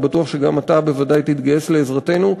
אני בטוח שגם אתה בוודאי תתגייס לעזרתנו.